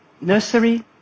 nursery